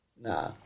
Nah